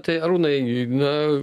tai arūnai na